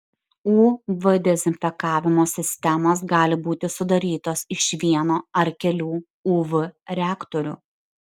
uv dezinfekavimo sistemos gali būti sudarytos iš vieno ar kelių uv reaktorių